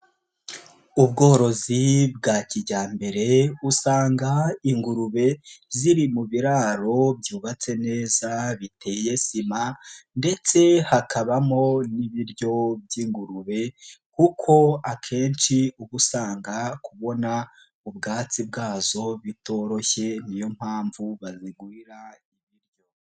Ubworozi bwa kijyambere usanga ingurube ziri mu biraro byubatse neza biteye sima ndetse hakabamo n'ibiryo by'ingurube kuko akenshi uba usanga kubona ubwatsi bwazo bitoroshye niyo mpamvu bazigurira.